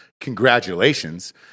congratulations